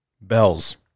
bells